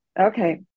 Okay